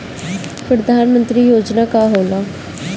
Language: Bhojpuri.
परधान मंतरी योजना का होला?